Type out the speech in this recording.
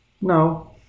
No